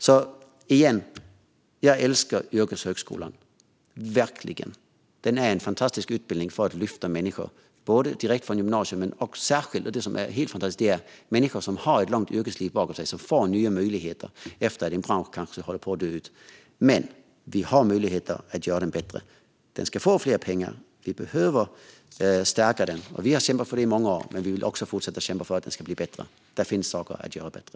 Återigen - jag älskar yrkeshögskolan, verkligen! Det är en fantastisk utbildning för att lyfta människor, både sådana som kommer direkt från gymnasiet och särskilt, vilket är helt fantastiskt, människor som har ett långt yrkesliv bakom sig och får nya möjligheter när en bransch kanske håller på att dö ut. Men vi har möjligheter att göra den bättre. Den ska få mer pengar. Vi behöver stärka den. Vi har kämpat för detta i många år, och vi vill fortsätta kämpa för att den ska bli bättre. Det finns saker att göra bättre.